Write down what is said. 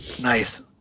Nice